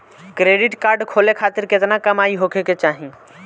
Credit card खोले खातिर केतना कमाई होखे के चाही?